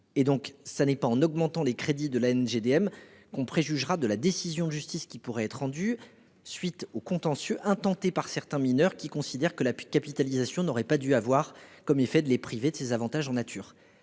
est en cours. En augmentant les crédits de l'Agence, on préjugerait de la décision de justice qui pourrait être rendue à la suite de ce contentieux intenté par certains mineurs, qui considèrent que la capitalisation n'aurait pas dû avoir comme effet de les priver de ces avantages en nature.